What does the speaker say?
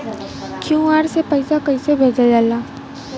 QR से पैसा कैसे भेजल जाला?